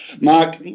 Mark